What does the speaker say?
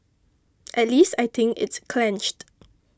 at least I think it's clenched